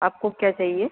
आपको क्या चाहिए